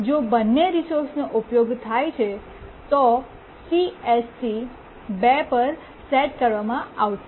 જો બંને રિસોર્સનો ઉપયોગ થાય છે તો CSC 2 પર સેટ કરવામાં આવશે